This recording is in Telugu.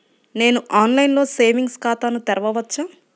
నేను ఆన్లైన్లో సేవింగ్స్ ఖాతాను తెరవవచ్చా?